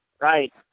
right